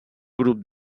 grup